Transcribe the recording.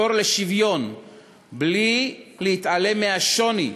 לחתור לשוויון מבלי להתעלם מהשוני,